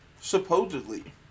supposedly